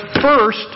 first